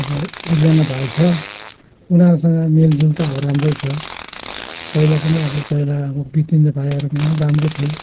अब एकजना भाइ छ उनीहरूसँग मिलजुल त अब राम्रै छ पहिला पनि अब पहिला अब बितिने भाइहरू पनि राम्रै थियो